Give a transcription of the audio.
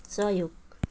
सहयोग